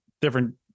different